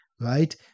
right